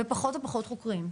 ופחות ופחות חוקרים.